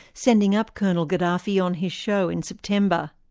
sending up colonel gaddafi on his show in september.